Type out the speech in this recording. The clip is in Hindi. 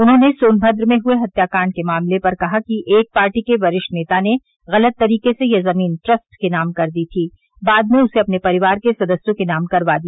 उन्होंने सोनभद्र में हुए हत्याकांड के मामले पर कहा कि एक पार्टी के वरिष्ठ नेता ने गलत तरीके से यह जमीन ट्रस्ट के नाम कर दी थी बाद में उसे अपने परिवार के सदस्यों के नाम करवा दिया